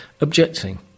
objecting